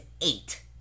eight